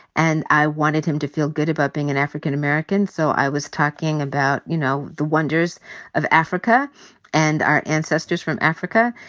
and i wanted him to feel good about being an african american, so i was talking about, you know, the wonders of africa and our ancestors from africa.